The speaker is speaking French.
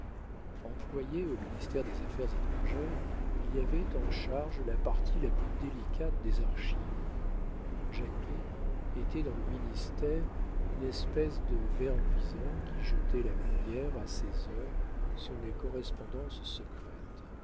employé au ministère des affaires étrangères il y avait en charge la partie la plus délicate des archives jacquet était dans le ministère une espèce de ver luisant qui jetait la lumière à ses heures sur les correspondances secrètes